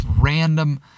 random